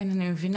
כן, אני מבינה.